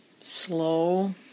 slow